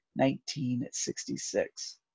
1966